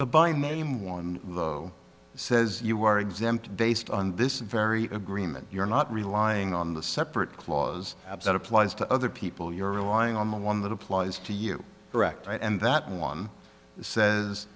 by name one says you are exempt based on this very agreement you're not relying on the separate clause absent applies to other people you're relying on the one that applies to you direct right and that no one says